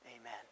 amen